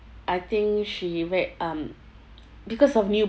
I think she very um because of newborns